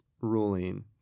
ruling